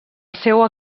seua